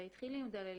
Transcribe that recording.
זה התחיל עם דללין,